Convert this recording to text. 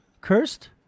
cursed